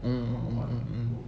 mm mm mm mm mm